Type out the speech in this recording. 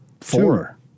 four